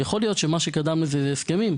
יכול להיות שמה שקדם לזה זה הסכמים.